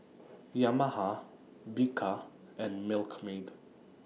Yamaha Bika and Milkmaid